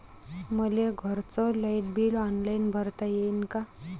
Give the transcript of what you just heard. मले घरचं light bill online भरता येईन का?